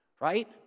right